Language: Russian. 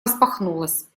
распахнулась